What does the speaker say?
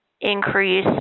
increase